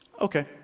Okay